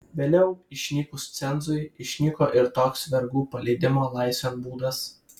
vėliau išnykus cenzui išnyko ir toks vergų paleidimo laisvėn būdas